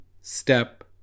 step